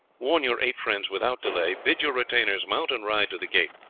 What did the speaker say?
warn your eight friends without delay bid your retainers mount and ride to the gate.